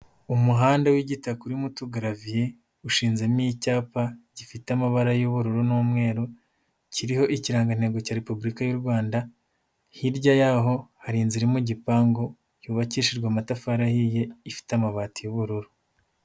Umuhanda w'igita urimo utugaraviye ushinzemo icyapa gifite amabara y'ubururu n'umweru, kiriho ikirangantego cya Repubulika y' u Rwanda, hirya y'aho hari inzu iri mu gipangu yubakishijwe amatafari ahiye, ifite amabati y'ubururu.